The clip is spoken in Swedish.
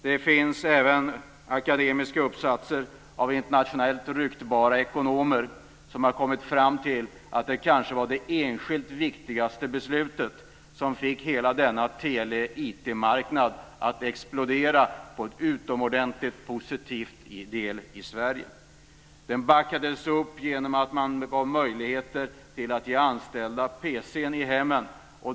Det finns även akademiska uppsatser av internationellt ryktbara ekonomer där man har kommit fram till att detta kanske var det enskilt viktigaste beslutet som fick hela tele och IT-marknaden att explodera på ett utomordentligt sätt i Sverige. Avregleringen backades upp genom att man erbjöd anställa pc:ar i hemmen.